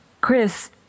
chris